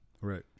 right